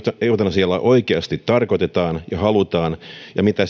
eutanasialla oikeasti tarkoitetaan ja halutaan ja sitä mitä